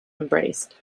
embrace